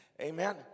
Amen